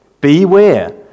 Beware